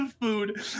food